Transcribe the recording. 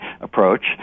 approach